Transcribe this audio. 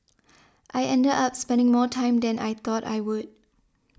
I ended up spending more time than I thought I would